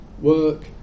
work